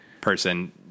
person